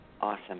Awesome